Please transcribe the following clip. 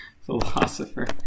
Philosopher